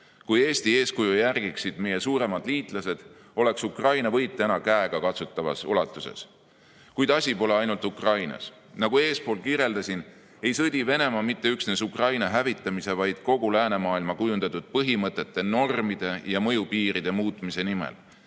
Kui Eesti eeskuju järgiksid meie suuremad liitlased, oleks Ukraina võit täna käegakatsutavas ulatuses. Kuid asi pole ainult Ukrainas. Nagu eespool kirjeldasin, ei sõdi Venemaa mitte üksnes Ukraina hävitamise, vaid kogu läänemaailma kujundatud põhimõtete, normide ja mõjupiiride muutmise nimel.